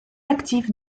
actif